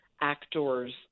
actors